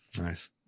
nice